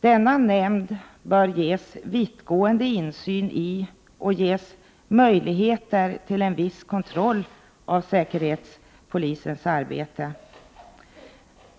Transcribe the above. Denna nämnd bör ges Prot. 1988/89:120 vittgående insyn i och möjligheter till en viss kontroll av säkerhetspolisens arbete.